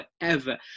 forever